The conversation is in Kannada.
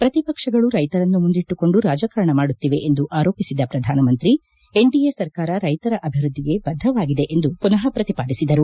ಪ್ರತಿಪಕ್ಷಗಳು ರೈತರನ್ನು ಮುಂದಿಟ್ಟುಕೊಂಡು ರಾಜಕಾರಣ ಮಾಡುತ್ತಿವೆ ಎಂದು ಆರೋಪಿಸಿದ ಪ್ರಧಾನ ಮಂತ್ರಿ ಎನ್ಡಿಎ ಸರ್ಕಾರ ರೈತರ ಅಭಿವೃದ್ದಿಗೆ ಬದ್ದವಾಗಿದೆ ಎಂದು ಮನಃ ಪ್ರತಿಪಾದಿಸಿದರು